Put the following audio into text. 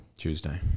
Tuesday